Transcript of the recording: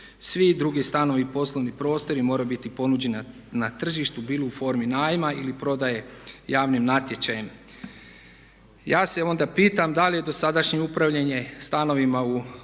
Svi drugi stanovi i poslovni prostori moraju biti ponuđeni na tržištu bilo u formi najma ili prodaje javnim natječajem." Ja se onda pitam da li je dosadašnje upravljanje stanovima u Baranji, u Belom